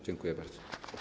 Dziękuję bardzo.